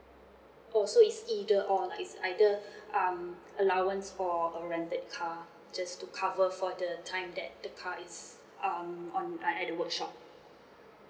oh so is either or lah is either um allowance for or rented car just to cover for the time that the car is um on uh at the workshop